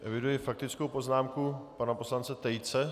Eviduji faktickou poznámku pana poslance Tejce.